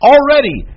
Already